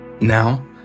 Now